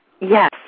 Yes